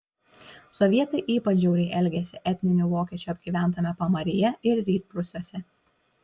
sovietai ypač žiauriai elgėsi etninių vokiečių apgyventame pamaryje ir rytprūsiuose